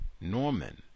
Norman